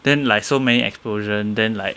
then like so many explosion then like